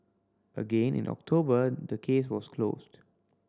again in October the case was closed